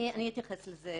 אני אתייחס לזה,